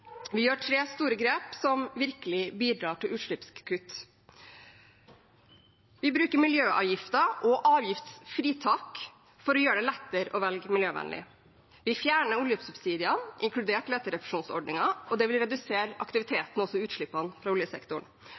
Vi tar tre store grep som virkelig bidrar til utslippskutt: Vi bruker miljøavgifter og avgiftsfritak for å gjøre det lettere å velge miljøvennlig. Vi fjerner oljesubsidiene, inkludert leterefusjonsordningen. Det vil redusere aktiviteten og utslippene fra oljesektoren.